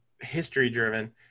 history-driven